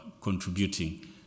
contributing